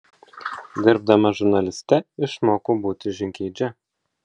dirbdama žurnaliste išmokau būti žingeidžia